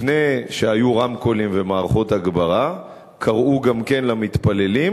גם לפני שהיו רמקולים ומערכות הגברה קראו למתפללים,